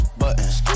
buttons